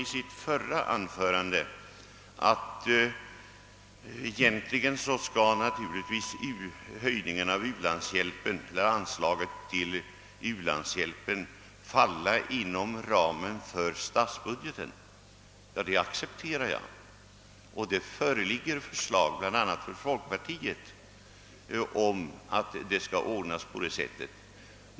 I sitt förra anförande sade fru Eriksson att höjningen av anslaget till ulandshjälpen bör falla inom ramen för statsbudgeten. Ja, det accepterar jag, och det föreligger förslag bla. från folkpartiet om att det skall ordnas på det sättet.